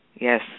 yes